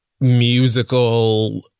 musical